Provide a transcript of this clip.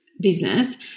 business